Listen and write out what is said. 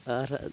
ᱟᱨ